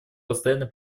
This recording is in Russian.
постоянный